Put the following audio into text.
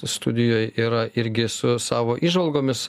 studijoj yra irgi su savo įžvalgomis